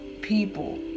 people